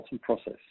process